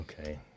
okay